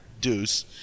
Deuce